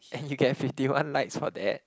and you get fifty one likes for that